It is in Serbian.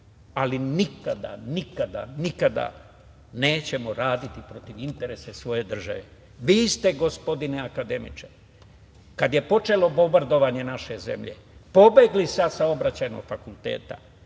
ali nikada, nikada, nikada nećemo raditi protiv interesa svoje države. Vi ste, gospodine akademiče, kada je počelo bombardovanje naše zemlje pobegli sa Saobraćajnog fakulteta